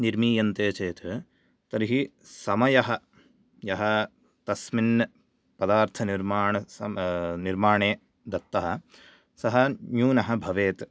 निर्मीयन्ते चेत् तर्हि समयः यः तस्मिन् पदार्थनिर्माण सम निर्माणे दत्तः सः न्यूनः भवेत्